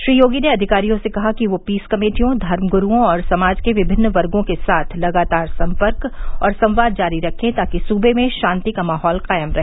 श्री योगी ने अधिकारियों से कहा कि वह पीस कमेटियों धर्म गुरूओं और समाज के विभिन्न वर्गो के साथ लगातार सम्पर्क और संवाद जारी रखें ताकि सूबे में शान्ति का माहौल कायम रहे